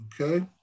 okay